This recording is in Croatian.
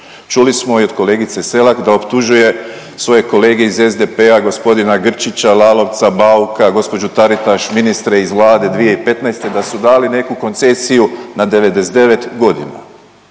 Čuli smo i od kolegice Selak da optužuje svoje kolege iz SDP-a, g. Grčića, Lalovca, Bauka, gđu. Taritaš, ministre iz vlade 2015. da su dali neku koncesiju na 99 godina.